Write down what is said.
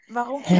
Warum